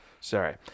Sorry